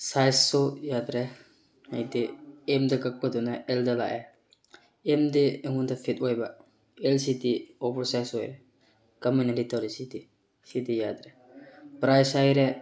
ꯁꯥꯏꯖꯁꯨ ꯌꯥꯗ꯭ꯔꯦ ꯍꯥꯏꯗꯤ ꯑꯦꯝꯗ ꯀꯛꯄꯗꯨꯅ ꯑꯦꯜꯗ ꯂꯥꯛꯑꯦ ꯑꯦꯝꯗꯤ ꯑꯩꯉꯣꯟꯗ ꯐꯤꯠ ꯑꯣꯏꯕ ꯑꯦꯜꯁꯤꯗꯤ ꯑꯣꯚꯔꯁꯥꯏꯖ ꯑꯣꯏ ꯀꯃꯥꯏꯅ ꯂꯤꯠꯇꯣꯔꯤ ꯁꯤꯗꯤ ꯁꯤꯗꯤ ꯌꯥꯗ꯭ꯔꯦ ꯄ꯭ꯔꯥꯏꯁ ꯍꯥꯏꯔꯦ